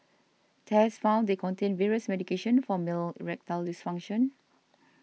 tests found they contained various medications for male erectile dysfunction